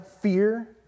fear